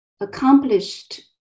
accomplished